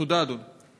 תודה, אדוני.